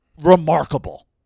remarkable